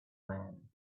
man